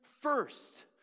first